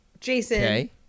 Jason